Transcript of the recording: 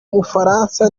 mufaransa